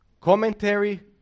commentary